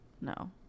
No